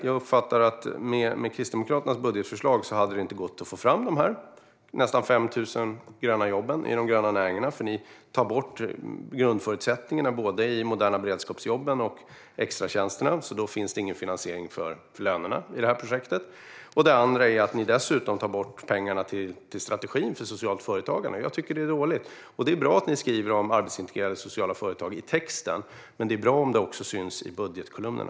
Jag uppfattar att det med Kristdemokraternas budgetförslag inte hade gått att få fram dessa nästan 5 000 gröna jobb i de gröna näringarna, för man tar bort grundförutsättningarna i både de moderna beredskapsjobben och extratjänsterna. Därför finns det ingen finansiering för lönerna i detta projekt. Dessutom tar man bort pengarna till strategin för socialt företagande. Jag tycker att det är dåligt. Det är bra att man skriver om arbetsintegrerande sociala företag i texten, men det vore bra om det också syns i budgetkolumnerna.